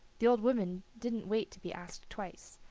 the old woman didn't wait to be asked twice,